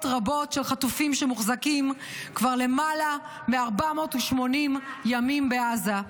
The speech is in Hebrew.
רבות של חטופים שמוחזקים כבר למעלה מ-480 ימים בעזה.